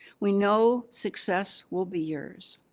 we know success will be yours.